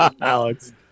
Alex